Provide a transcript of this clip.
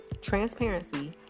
transparency